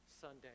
Sunday